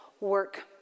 work